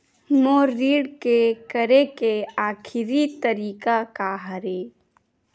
मोर ऋण के करे के आखिरी तारीक का हरे?